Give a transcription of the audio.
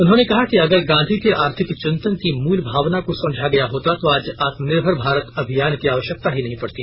उन्होंने कहा कि अगर गांधी के आर्थिक चिंतन की मूल भावना को समझा गया होता तो आज आत्मनिर्भर भारत अभियान की आवश्यकता ही नहीं पड़ती